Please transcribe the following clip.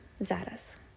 zaraz